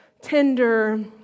tender